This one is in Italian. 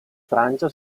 francia